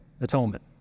atonement